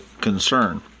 concern